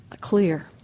clear